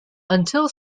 until